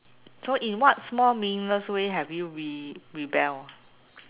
so in what small meaningless way have you re~ rebelled